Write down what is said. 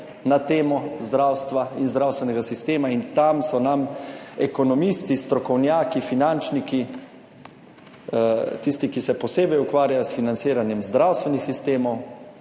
na temo zdravstva in zdravstvenega sistema in tam so nam ekonomisti, strokovnjaki, finančniki, tisti, ki se posebej ukvarjajo s financiranjem zdravstvenih sistemov,